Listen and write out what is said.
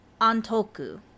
Antoku